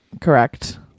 Correct